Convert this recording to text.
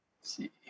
see